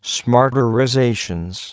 smarterizations